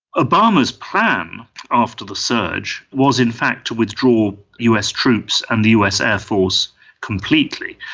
obama's plan after the surge was in fact to withdraw us troops and the us air force completely.